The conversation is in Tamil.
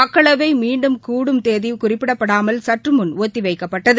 மக்களவை மீண்டும் கூடும் தேதி குறிப்பிடாமல் சற்று முன் ஒத்திவைக்கப்பட்டது